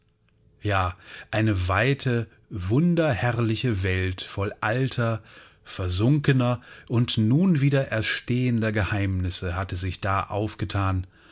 ja eine weite wunderherrliche welt voll alter versunkener und nun wieder erstehender geheimnisse hatte sich da aufgethan